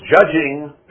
judging